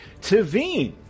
Tavine